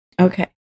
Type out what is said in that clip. Okay